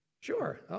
Sure